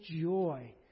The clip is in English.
joy